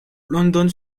london